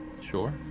Sure